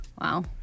Wow